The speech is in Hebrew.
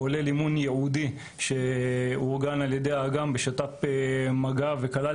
כולל אימון ייעודי שאורגן על ידי אג"ם בשיתוף פעולה עם מג"ב וכלל